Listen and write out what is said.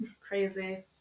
Crazy